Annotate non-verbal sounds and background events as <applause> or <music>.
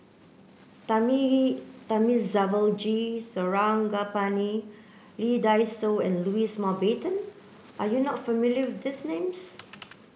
<unintelligible> Thamizhavel G Sarangapani Lee Dai Soh and Louis Mountbatten are you not familiar with these names